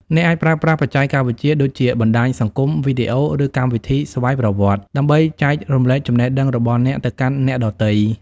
អ្នកអាចប្រើប្រាស់បច្ចេកវិទ្យាដូចជា បណ្តាញសង្គម វីដេអូ ឬ កម្មវិធីស្វ័យប្រវត្តិ ដើម្បីចែករំលែកចំណេះដឹងរបស់អ្នកទៅកាន់អ្នកដទៃ។